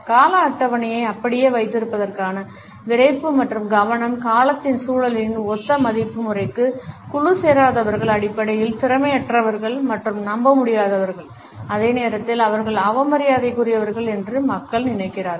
கால அட்டவணையை அப்படியே வைத்திருப்பதற்கான விறைப்பு மற்றும் கவனம் காலத்தின் சூழலில் ஒத்த மதிப்பு முறைக்கு குழுசேராதவர்கள் அடிப்படையில் திறமையற்றவர்கள் மற்றும் நம்பமுடியாதவர்கள் அதே நேரத்தில் அவர்கள் அவமரியாதைக்குரியவர்கள் என்று மக்கள் நினைக்கிறார்கள்